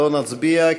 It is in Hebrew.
לא נצביע,